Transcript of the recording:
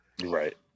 right